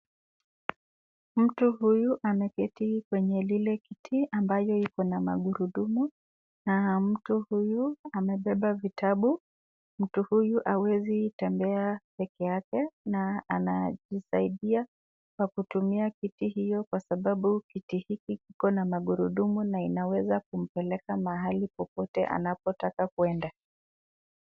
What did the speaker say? Mtu huyu ameketi kwenye lile kiti ambayo iko na magurudumu. Na mtu huyu amebeba vitabu. Mtu huyu hawezi tembea pekeyake na anajisaidia kwa kutumia kiti hiyo kwa sababu kiti hiki kiko na magurudumu na inaweza kumpeleka mahali popote anapotaka kwenda.